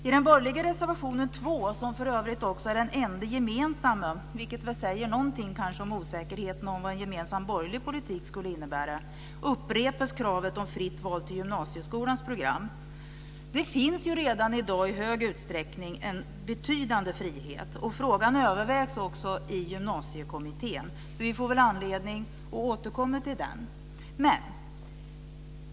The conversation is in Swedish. I den borgerliga reservationen 2, som för övrigt är den enda gemensamma, vilket väl säger något om osäkerheten om vad en gemensam borgerliga politik innebär, upprepas kravet om fritt val till gymnasieskolans program. Det finns redan i dag en i hög utsträckning betydande frihet. Frågan övervägs också i Gymnasiekommittén. Vi får anledning att återkomma till den.